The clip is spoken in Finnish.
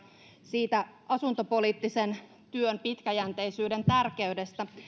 siitä asuntopoliittisen työn pitkäjänteisyyden tärkeydestä